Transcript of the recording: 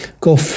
go